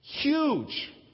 Huge